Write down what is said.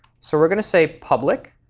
so we're going to say public,